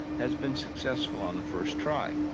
has been successful on the first try.